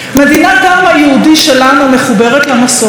מדינת העם היהודי שלנו מחוברת למסורת.